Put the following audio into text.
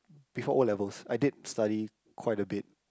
before O-levels I did study quite a bit